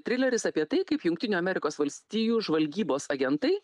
trileris apie tai kaip jungtinių amerikos valstijų žvalgybos agentai